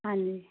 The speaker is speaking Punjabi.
ਹਾਂਜੀ